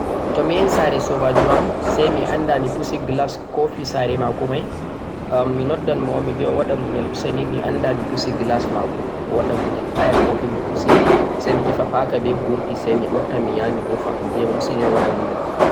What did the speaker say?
to mi yahi saare soobaajo am, say mi annda mi pusi glass kofi saare maako may, am mi noddan mo un mi biya o waɗa muyal useni mi annda mi pusi glass maako, o waɗa muyal, aya kopi may pusi, say mi tefa Parker be burɗi say mi ɓotta mi yaha mi rufa, mi biya mo useni o waɗa muyal.